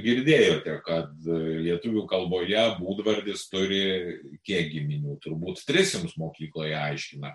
girdėjote kad lietuvių kalboje būdvardis turi kiek giminių turbūt tris jums mokykloje aiškina